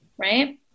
right